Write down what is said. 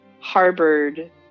harbored